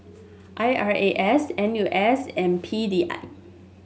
I R A S N U S and P D I